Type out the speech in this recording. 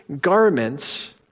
garments